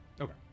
Okay